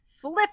flip